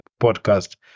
podcast